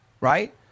right